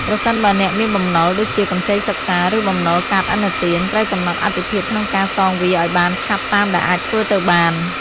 ប្រសិនបើអ្នកមានបំណុល ដូចជាកម្ចីសិក្សា ឬបំណុលកាតឥណទាន ត្រូវកំណត់អាទិភាពក្នុងការសងវាឱ្យបានឆាប់តាមដែលអាចធ្វើទៅបាន។